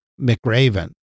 McRaven